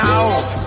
out